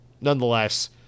nonetheless